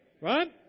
Right